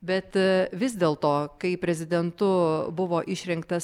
bet vis dėl to kai prezidentu buvo išrinktas